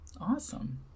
awesome